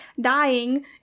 dying